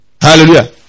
Hallelujah